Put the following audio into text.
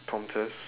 prompters